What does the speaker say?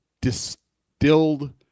distilled